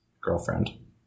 girlfriend